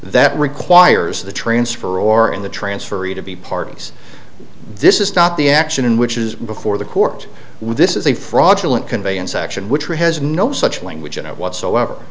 that requires the transfer or in the transfer you to be parties this is not the action in which is before the court with this is a fraudulent conveyance action which has no such language in it whatsoever